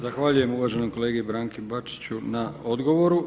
Zahvaljujem uvaženom kolegi Branku Bačiću na odgovoru.